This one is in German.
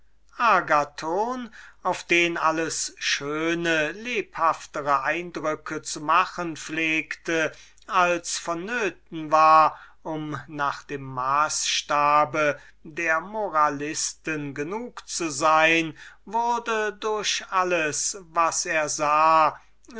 agathon auf den alles lebhaftere eindrücke machte als es nötig war um nach dem maßstab der moralisten genug zu sein wurde durch alles was er sah